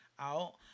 out